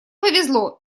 повезло